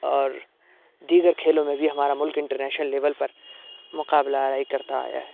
اور دیگر کھیلوں میں بھی ہمارا مُلک بھی انٹر نیشنل لیول پر مقابلہ آرائی کرتا آیا ہے